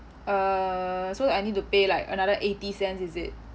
uh so like I need to pay like another eighty cents is it